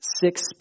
six